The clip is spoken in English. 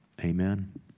Amen